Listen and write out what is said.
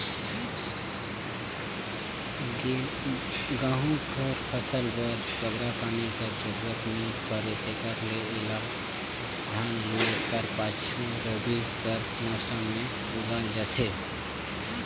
गहूँ कर फसिल बर बगरा पानी कर जरूरत नी परे तेकर ले एला धान लूए कर पाछू रबी कर मउसम में उगाल जाथे